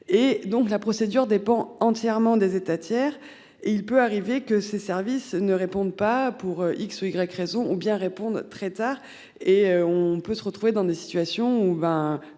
et donc la procédure dépend entièrement des États tiers. Et il peut arriver que ses services ne répondent pas pour X ou Y raison ou bien répondent très tard et on peut se retrouver dans des situations où